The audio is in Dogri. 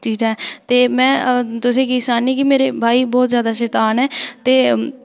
ते में तुसें गी सनान्नी आं कि मेरे भाई बहुत जैदा शतान ऐ ते